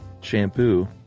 shampoo